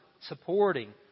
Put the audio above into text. supporting